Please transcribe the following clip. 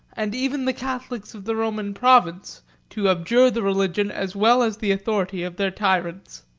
and even the catholics, of the roman province to abjure the religion as well as the authority of their tyrants.